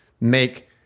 make